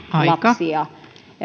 lapsia